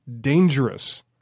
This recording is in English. dangerous